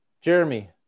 Jeremy